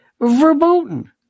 verboten